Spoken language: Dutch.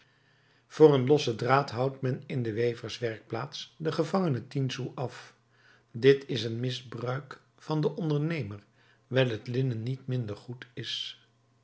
voor een lossen draad houdt men in de weverswerkplaats den gevangene tien sous af dit is een misbruik van den ondernemer wijl het linnen niet minder goed is